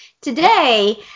Today